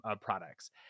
products